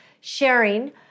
sharing